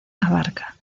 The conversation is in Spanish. abarca